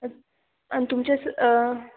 आणि तुमच्यास